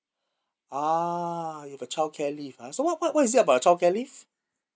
ah you have childcare leave ah so what what what is about the childcare leave